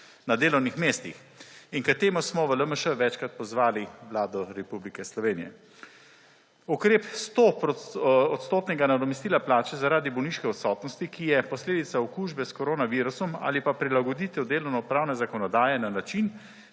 na delovnih mestih in k temu smo v LMŠ večkrat pozvali Vlado Republike Slovenije. Ukrep 100 odstotnega nadomestila plače, zaradi zemljiške odsotnosti, ki je posledica okužbe s korona virusom ali pa prilagoditev delovno pravne zakonodaje na način,